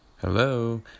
Hello